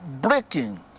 breaking